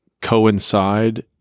coincide